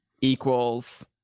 equals